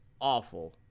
awful